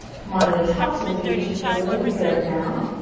come onto the tops of the feet, should feel really good now.